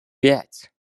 пять